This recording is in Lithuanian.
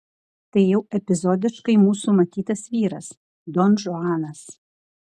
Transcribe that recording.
tai jau epizodiškai mūsų matytas vyras donžuanas